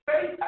faith